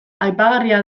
aipagarria